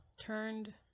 turned